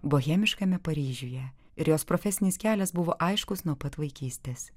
bohemiškame paryžiuje ir jos profesinis kelias buvo aiškus nuo pat vaikystės